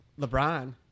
LeBron